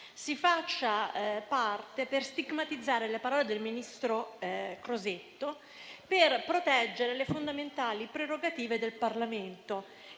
del Senato stigmatizzi le parole del ministro Crosetto per proteggere le fondamentali prerogative del Parlamento.